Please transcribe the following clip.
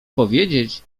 powiedzieć